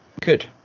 good